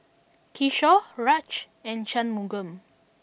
Kishore Raj and Shunmugam